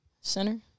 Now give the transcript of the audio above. Center